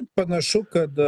panašu kad